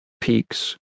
peaks